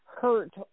hurt